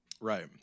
Right